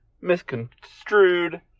misconstrued